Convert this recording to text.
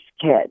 kids